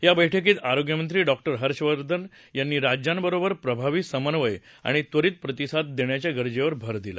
या बैठकीत आरोग्यमंत्री डॉ हर्षवर्धन यांनी राज्यांबरोबर प्रभावी संमन्वय आणि त्वरित प्रतिसाद देण्याच्या गरजेवर भर दिला